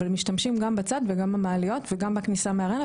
אבל משתמשים גם בצד וגם במעליות וגם בכניסה מלמעלה.